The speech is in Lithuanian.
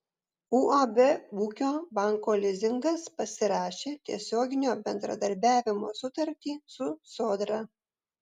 uab ūkio banko lizingas pasirašė tiesioginio bendradarbiavimo sutartį su sodra